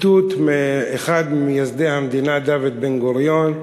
ציטוט מאחד ממייסדי המדינה, דוד בן-גוריון,